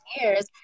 years